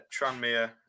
Tranmere